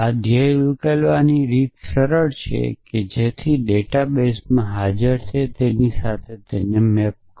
આ ધ્યેયને ઉકેલવા માટે આ સરળ રીત છે અને તેથી ડેટા બેસમાં હાજર છે તે સાથે જુઓ